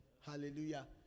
Hallelujah